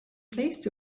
placed